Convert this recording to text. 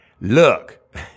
look